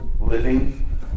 living